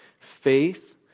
Faith